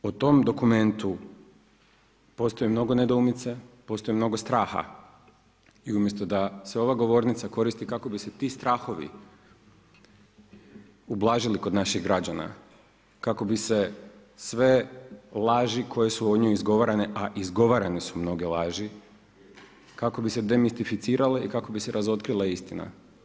Dakle o tom dokumentu postoji mnogo nedoumica, postoji mnogo straha i umjesto da se ova govornica koristi kako bi se ti strahovi ublažili kod naših građana, kako bi se sve laži koje su o njoj izgovorene, a izgovorene su mnoge laži kako bi se demistificirale i kako bi se razotkrila istina.